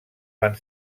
van